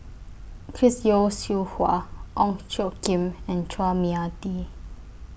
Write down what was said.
Chris Yeo Siew Hua Ong Tjoe Kim and Chua Mia Tee